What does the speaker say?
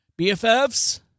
BFFs